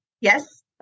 Yes